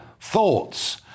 Thoughts